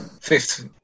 Fifth